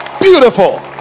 Beautiful